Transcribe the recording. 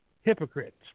hypocrites